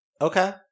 Okay